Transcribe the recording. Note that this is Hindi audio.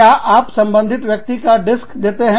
क्या आप संबंधित व्यक्ति का डिस्क देते हैं